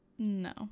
No